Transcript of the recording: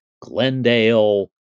Glendale